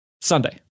Sunday